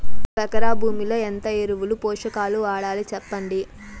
ఒక ఎకరా భూమిలో ఎంత ఎరువులు, పోషకాలు వాడాలి సెప్పండి?